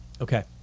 Okay